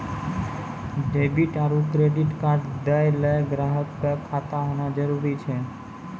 debit आरू credit card दैय ल ग्राहक क खाता होना जरूरी छै